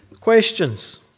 questions